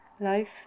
life